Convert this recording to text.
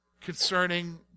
concerning